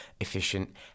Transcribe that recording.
efficient